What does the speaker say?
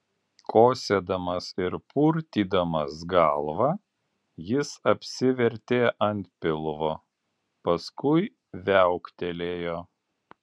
kosėdamas ir purtydamas galvą jis apsivertė ant pilvo paskui viauktelėjo